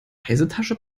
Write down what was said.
reisetasche